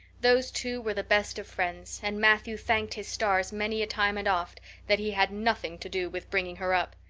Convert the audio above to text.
those two were the best of friends and matthew thanked his stars many a time and oft that he had nothing to do with bringing her up.